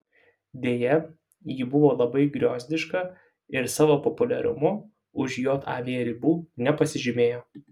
deja ji buvo labai griozdiška ir savo populiarumu už jav ribų nepasižymėjo